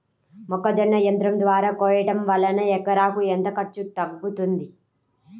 మొక్కజొన్న యంత్రం ద్వారా కోయటం వలన ఎకరాకు ఎంత ఖర్చు తగ్గుతుంది?